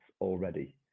already